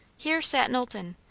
here sat knowlton,